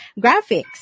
graphics